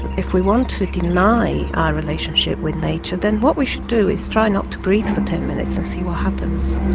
if we want to deny our relationship with nature then what we should do is try not to breathe for ten minutes and see what happens.